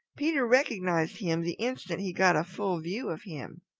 peter recognized him the instant he got a full view of him.